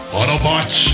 Autobots